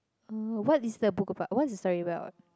oh what is the book about what is the story about